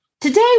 Today